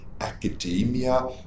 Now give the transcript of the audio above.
academia